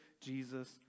Jesus